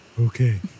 Okay